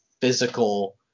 physical